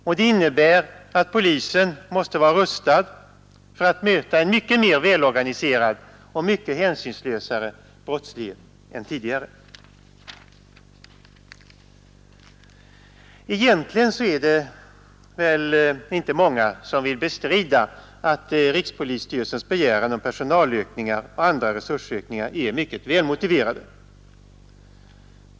Och det innebär att polisen nu måste vara rustad för att möta en mycket mer välorganiserad och hänsynslös brottslighet än tidigare. Egentligen är det väl inte många som vill bestrida att rikspolisstyrelsens begäran om personalökningar och andra resursökningar är mycket välmotiverade.